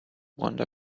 wander